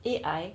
A_I